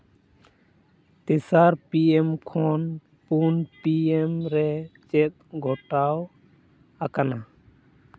ᱛᱮᱥᱟᱨ P M ᱠᱷᱚᱱ ᱯᱩᱱ ᱯᱤ ᱮᱢ ᱨᱮ ᱪᱮᱫ ᱜᱷᱚᱴᱟᱣ ᱟᱠᱟᱱᱟ